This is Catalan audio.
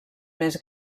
més